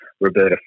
Roberta